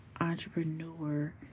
entrepreneur